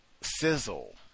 sizzle